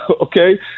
Okay